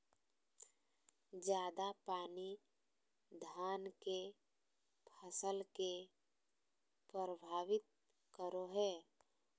ज्यादा पानी धान के फसल के परभावित करो है?